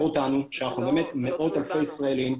אותנו שאנחנו באמת מאות אלפי ישראלים.